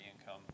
income